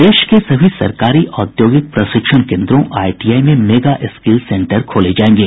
प्रदेश के सभी सरकारी औद्योगिक प्रशिक्षण केन्द्रों आईटीआई में मेगा स्किल सेंटर खोले जायेंगे